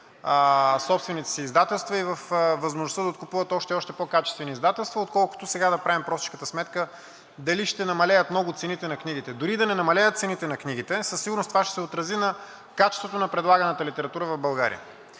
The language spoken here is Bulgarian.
собствените си издателства и във възможността да откупуват още и още по-качествени издателства, отколкото сега да правим простичката сметка дали ще намалеят много цените на книгите. Дори и да не намалеят цените на книгите, със сигурност това ще се отрази на качеството на предлаганата литература в България.